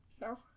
No